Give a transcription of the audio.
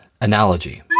analogy